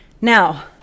Now